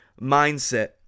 mindset